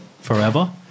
forever